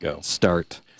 start